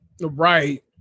Right